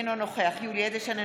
אינו נוכח יולי יואל אדלשטיין,